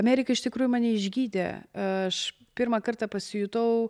amerika iš tikrųjų mane išgydė aš pirmą kartą pasijutau